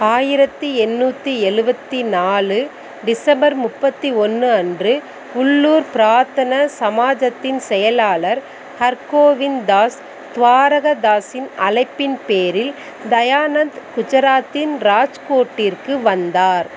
ஆயிரத்து எந்நூற்றி எழுவத்தி நாலு டிசம்பர் முப்பத்து ஒன்று அன்று உள்ளூர் பிரார்த்தன சமாஜத்தின் செயலாளர் ஹர்கோவிந்த் தாஸ் துவாரகதாஸின் அழைப்பின் பேரில் தயானந்த் குஜராத்தின் ராஜ்கோட்டிற்கு வந்தார்